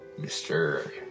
Mr